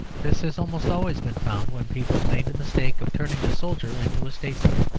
this has almost always been found when people made the mistake of turning the soldier into a statesman,